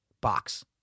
Box